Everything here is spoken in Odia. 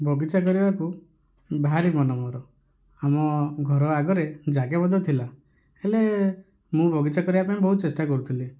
ବଗିଚା କରିବାକୁ ଭାରି ମନ ମୋର ଆମ ଘର ଆଗରେ ଜାଗା ମଧ୍ୟ ଥିଲା ହେଲେ ମୁଁ ବଗିଚା କରିବା ପାଇଁ ବହୁତ ଚେଷ୍ଟା କରୁଥିଲି